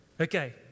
Okay